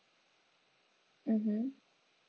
mmhmm